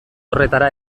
horretara